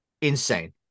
insane